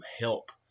help